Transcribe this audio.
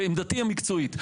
בעמדתי המקצועית,